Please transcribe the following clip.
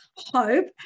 hope